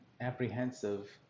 apprehensive